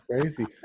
crazy